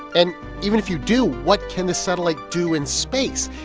and even if you do, what can the satellite do in space?